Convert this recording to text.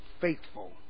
faithful